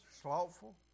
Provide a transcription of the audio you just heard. slothful